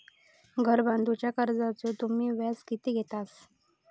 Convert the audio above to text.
घर बांधूच्या कर्जाचो तुम्ही व्याज किती घेतास?